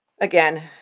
Again